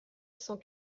cent